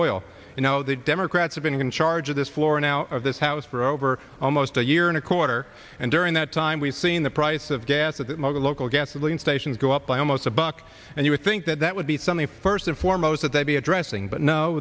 oil you know the democrats have been charge of this floor now of this house for over almost a year and a quarter and during that time we've seen the price of gas at the local gasoline stations go up by almost a buck and you would think that that would be something first and foremost that they be addressing but no